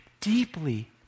Deeply